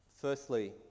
firstly